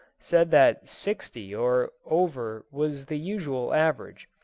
said that sixty or over was the usual average.